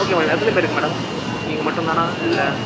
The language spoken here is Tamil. ஓகே மேடம் எத்தனை பேருக்கு மேடம் நீங்கள் மட்டுந்தானா இல்லை